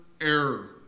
error